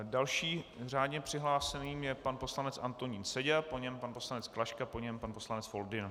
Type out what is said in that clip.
Dalším řádně přihlášeným je pan poslanec Antonín Seďa, po něm pan poslanec Klaška, po něm poslanec Foldyna.